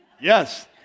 Yes